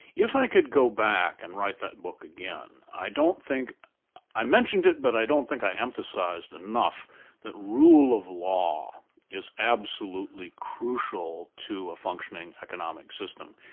if i could go back and write that book again, i don't think i mentioned it but i don't think i emphasised enough that rule of law is absolutely crucial to a functioning economic system.